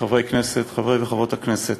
חברי וחברות הכנסת,